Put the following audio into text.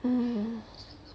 mm